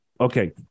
Okay